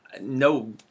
no